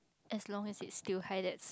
as long as it's still high that's